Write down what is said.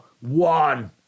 One